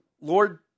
Lord